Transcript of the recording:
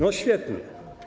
No świetnie.